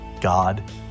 God